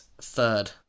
third